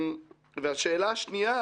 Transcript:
השאלה השנייה